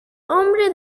hombre